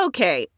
Okay